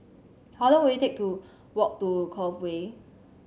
how long will it take to walk to Cove Way